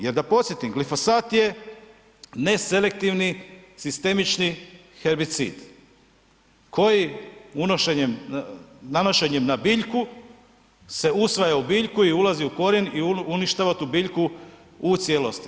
Jer da podsjetim glifosat je neselektivni sistemični herbicid koji unošenjem, nanošenjem na biljku se usvaja u biljku i ulazi u korijen i uništava tu biljku u cijelosti.